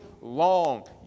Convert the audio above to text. long